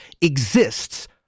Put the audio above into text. exists